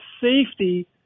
safety